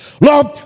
lord